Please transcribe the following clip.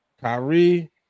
Kyrie